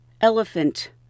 elephant